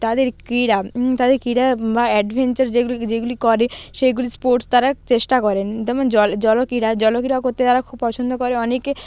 তাদের ক্রীড়া তাদের ক্রীড়া বা অ্যাডভেঞ্চার যেগুলি যেগুলি করে সেগুলি স্পোর্টস তারা চেষ্টা করেন যেমন জল জলক্রীড়া জলক্রীড়া করতে তারা খুব পছন্দ করে অনেকে